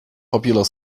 popular